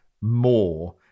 more